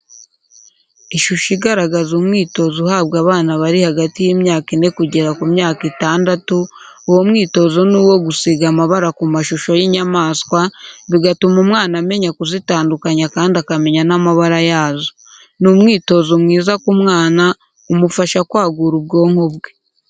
Ishusho igaragaza umwitozo uhabwa abana bari hagati y'imyaka ine kugera ku myaka itandatu, uwo mwitozo ni uwo gusiga amabara ku mashusho y'inyamaswa, bigatuma umwana amenya kuzitandukanya kandi akamenya n'amabara yazo. ni umwitozo mwiza ku mwana, umufasha kwagura ubwonko bwe.